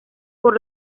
por